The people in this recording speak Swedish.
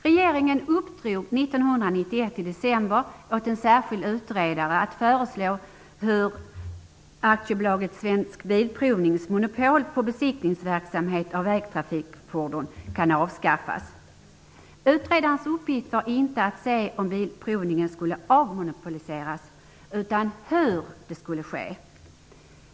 Regeringen uppdrog i december 1991 åt en särskild utredare att föreslå hur AB Svensk Bilprovnings monopol på besiktningsverksamhet av vägtrafikfordon skulle kunna avskaffas. Utredarens uppgift var inte att se om bilprovningen skulle avmonopoliseras utan hur det skulle ske.